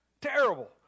Terrible